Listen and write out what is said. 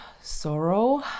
sorrow